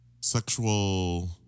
Sexual